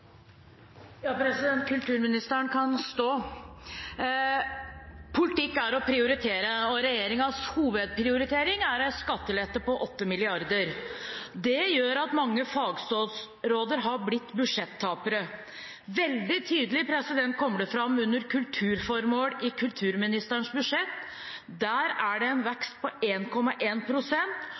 skattelette på 8 mrd. kr. Det gjør at mange fagstatsråder har blitt budsjettapere. Veldig tydelig kommer dette fram under kulturformål i kulturministerens budsjett. Der er det en vekst på 1,1 pst. Med en